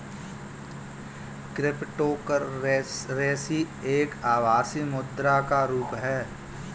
cryptocurrency एक आभासी मुद्रा का रुप है